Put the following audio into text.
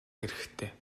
хэрэгтэй